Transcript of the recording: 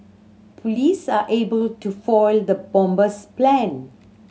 police are able to foil the bomber's plan